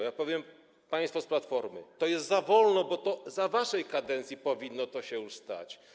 Ja powiem: państwo z Platformy, to jest za wolno, bo to za waszej kadencji powinno się już stać.